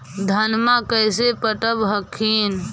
धन्मा कैसे पटब हखिन?